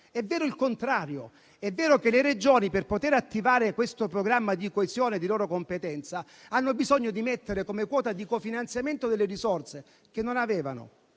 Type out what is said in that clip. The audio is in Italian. È vero il contrario. È vero che le Regioni, per poter attivare il programma di coesione di loro competenza, hanno bisogno di mettere come quota di cofinanziamento risorse che non avevano